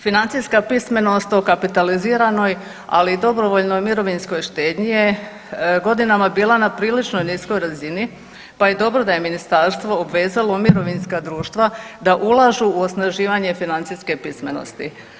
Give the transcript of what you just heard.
Financijska pismenost o kapitaliziranoj ali i dobrovoljnoj mirovinskoj štednji je godinama bila na prilično niskoj razini pa je dobro da je ministarstvo obvezalo mirovinska društva da ulažu u osnaživanje financijske pismenosti.